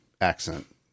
accent